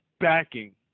Backing